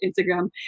Instagram